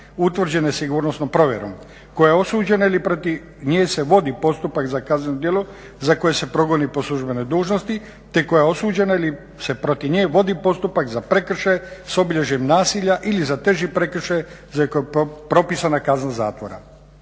utvrđene sigurnosnom provjerom, koja je osuđena ili protiv nje se vodi postupak za kazneno djelo za koje se progoni po službenoj dužnosti te koja je osuđena ili se protiv nje vodi postupak za prekršaj s obilježjem nasilja ili za teži prekršaj za koji je propisana kazna zatvora.